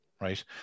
right